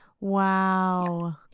Wow